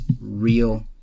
real